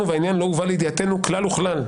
והעניין לא הובא לידיעתנו כלל וכלל.